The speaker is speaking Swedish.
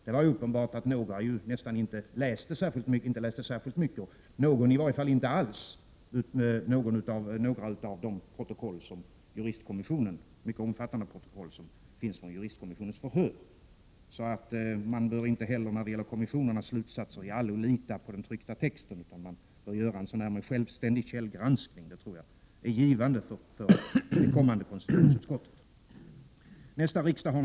Det var uppenbart att några inte läste särskilt mycket och någon inte alls i de omfattande protokoll som finns från juristkommissionens förhör. Man bör således inte heller när det gäller kommissionernas slutsatser helt lita på den tryckta texten utan göra en självständig källgranskning. Det tror jag skulle vara givande för det kommande konstitutionsutskottet.